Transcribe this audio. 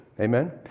Amen